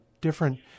different